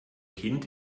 kind